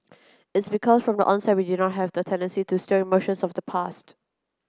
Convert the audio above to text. it's because from the onset we did not have the tendency to stir emotions of the past